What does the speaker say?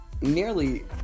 nearly